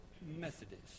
Methodist